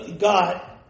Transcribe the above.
God